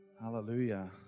Hallelujah